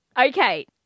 Okay